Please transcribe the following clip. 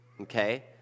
okay